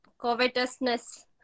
covetousness